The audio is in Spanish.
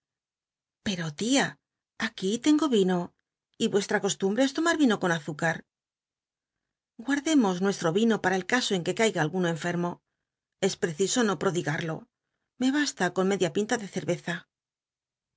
pero tia aquí tengo yino y rueli'a costumbre es tomar rino con azúcar guardemos nuestro yino para el caso en que caiga alguno enfermo es preciso no prodigar me basta con media pinta de cel'leza